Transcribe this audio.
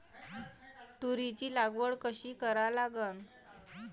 तुरीची लागवड कशी करा लागन?